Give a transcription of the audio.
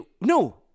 No